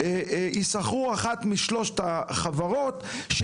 שיישכרו אחת משלוש החברות למען זכאי השירות,